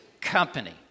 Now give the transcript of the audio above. company